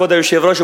כבוד היושב-ראש,